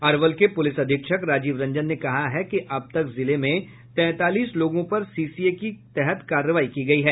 अरवल के पुलिस अधीक्षक राजीव रंजन ने कहा है कि अब तक जिले में तैंतालीस लोगों पर सीसीए की कार्रवाई की गई है